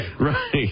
right